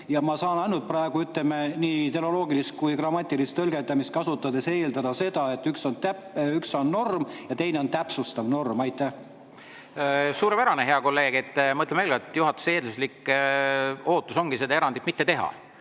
Ja ma saan ainult praegu, ütleme, nii ideoloogilist kui ka grammatilist tõlgendamist kasutades eeldada seda, et üks on norm ja teine on täpsustav norm. Suurepärane, hea kolleeg! Ma ütlen veel kord, et juhatuse eelduslik ootus ongi seda erandit mitte teha.